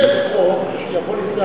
ייתכן, יכול להיות.